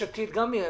יש עתיד גם ביקשה.